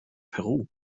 peru